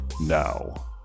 now